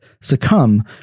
succumb